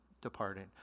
departing